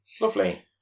Lovely